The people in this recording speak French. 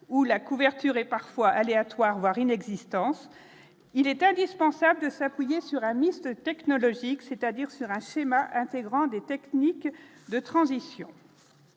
où la couverture est parfois aléatoire, voire inexistant, il est indispensable de s'appuyer sur un ministre technologique, c'est-à-dire ce racisme intégrant des techniques de transition.